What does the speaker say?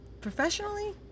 professionally